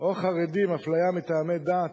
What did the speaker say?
או חרדים, אפליה מטעמי דת,